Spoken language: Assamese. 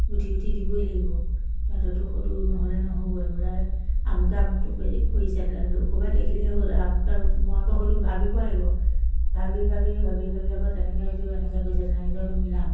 গুঠি গুঠি দিবই লাগিব সিহঁতৰতো সেইটো নহ'লে নহ'বই বোলে আমুকে আমুকটো প কৰিছে ক'ৰবাত দেখিলেই হ'ল আমুকে আমুকটো মই আকৌ সেইটো ভাবিব লাগিব ভাবি ভাবি ভাবি ভাবি আকৌ তেনেকৈ এইটো এনেকৈ কৰিছে তেনেকৈ কৰিছে এইটো মিলাম